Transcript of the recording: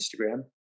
Instagram